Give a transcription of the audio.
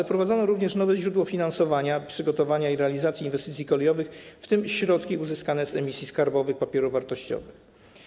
Wprowadzono również nowe źródło finansowania, przygotowania i realizacji inwestycji kolejowych, w tym środki uzyskane z emisji skarbowych papierów wartościowych.